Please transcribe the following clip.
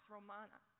Romana